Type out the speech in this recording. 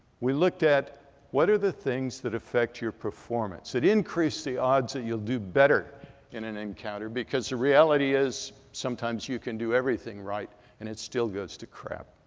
we looked at what are the things that affect your performance, that increase the odds that you'll do better in an encounter? because the reality is sometimes you can do everything right and it still goes to crap.